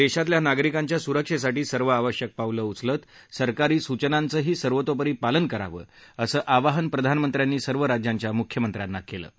देशातल्या नागरिकांच्या सुरक्षेसाठी सर्व आवश्यक पावलं उचलत सरकारी सूचनांचंही सर्वतोपरी पालन करावं असं आवाहन प्रधानमंत्र्यांनी सर्व राज्यांच्या मुख्यमंत्र्यांना केलं आहे